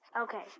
Okay